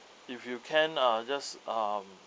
if you can ah just um